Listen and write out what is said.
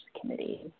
committee